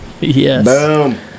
Yes